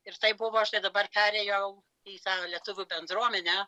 ir tai buvo aš tai dabar perėjau į tą lietuvių bendruomenę